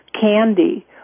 candy